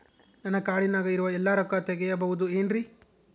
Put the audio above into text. ನನ್ನ ಕಾರ್ಡಿನಾಗ ಇರುವ ಎಲ್ಲಾ ರೊಕ್ಕ ತೆಗೆಯಬಹುದು ಏನ್ರಿ?